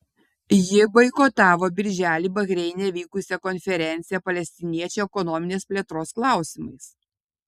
ji boikotavo birželį bahreine vykusią konferenciją palestiniečių ekonominės plėtros klausimais